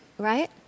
right